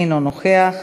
אינו נוכח.